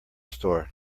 store